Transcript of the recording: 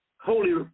Holy